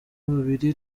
babiri